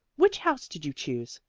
which house did you choose?